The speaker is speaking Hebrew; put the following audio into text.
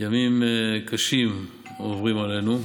ימים קשים עוברים עלינו.